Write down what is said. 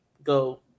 Go